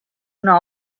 una